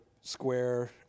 square